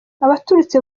abaturutse